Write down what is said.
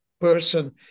person